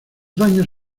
daños